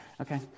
okay